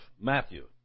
Matthew